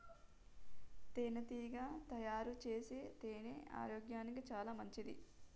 తేనెటీగ తయారుచేసే తేనె ఆరోగ్యానికి చాలా మంచిది